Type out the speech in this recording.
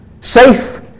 safe